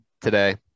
today